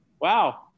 wow